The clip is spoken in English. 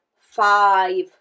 five